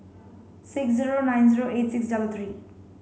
six zero nine zero eight six double three